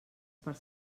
per